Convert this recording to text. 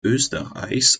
österreichs